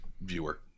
viewer